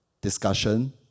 discussion